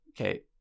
Okay